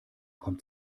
kommt